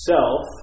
Self